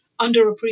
underappreciated